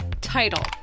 Title